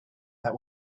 that